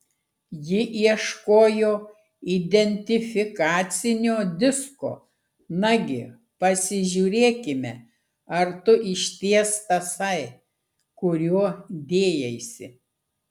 ji ieškojo identifikacinio disko nagi pasižiūrėkime ar tu išties tasai kuriuo dėjaisi